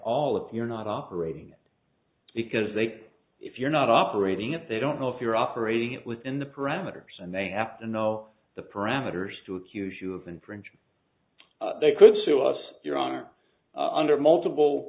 all if you're not operating because they if you're not operating if they don't know if you're operating within the parameters and they have to know the parameters to accuse you of infringing they could sue us your honor under multiple